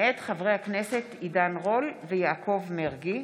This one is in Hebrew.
מאת חברי הכנסת עידן רול ויעקב מרגי,